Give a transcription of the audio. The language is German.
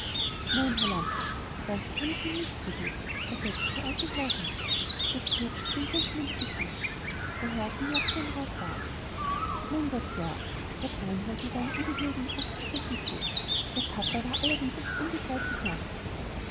nein herr lamprecht das kann ich ihnen nicht zugeben versetzte der alte mann rasch das blut stieg ihm dunkel ins gesicht der herr kommerzienrat war mein gott ja gab reinhold mit einem ungeduldigen achselzucken zu der papa war allerdings oft unbegreiflich nachsichtig